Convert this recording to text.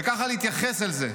וככה להתייחס לזה,